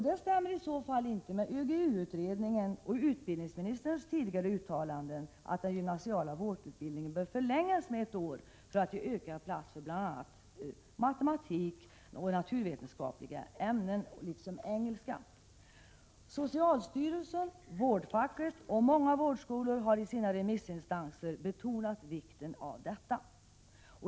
Det stämmer i så fall inte med ÖGY utredningen och utbildningsministerns tidigare uttalanden om att den gymnasiala vårdutbildningen bör förlängas med ett år för att ge ökad plats för bl.a. matematik, naturvetenskapliga ämnen och engelska. Socialstyrelsen, vårdfacket och många vårdskolor har i sina remissyttranden betonat vikten av detta.